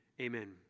Amen